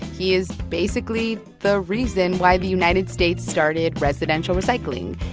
he is basically the reason why the united states started residential recycling.